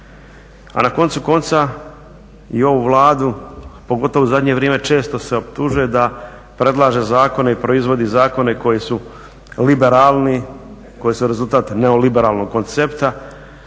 A na koncu konca i ovu Vladu pogotovo u zadnje vrijeme često se optužuje da predlaže zakone i proizvodi zakone koji su liberalni koji su rezultat neoliberalnog koncepta.